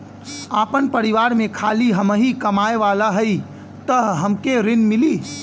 आपन परिवार में खाली हमहीं कमाये वाला हई तह हमके ऋण मिली?